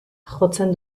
jotzen